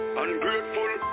ungrateful